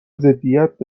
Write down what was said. ضدیت